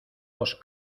los